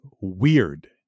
weird